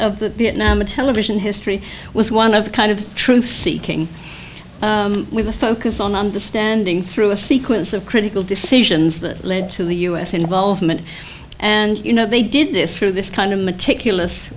of the viet nam of television history was one of a kind of truth seeking with a focus on understanding through a sequence of critical decisions that led to the u s involvement and you know they did this through this kind of meticulous